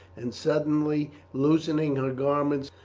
and suddenly loosening her garment,